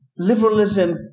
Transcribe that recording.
Liberalism